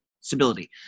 stability